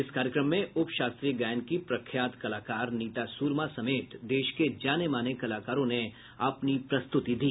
इस कार्यक्रम में उप शास्त्रीय गायन की प्रख्यात कलाकार नीता सूरमा समेत देश के जानेमाने कलाकारों ने अपनी प्रस्तुति दी